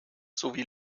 sowie